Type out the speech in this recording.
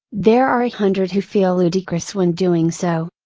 there are a hundred who feel ludicrous when doing so.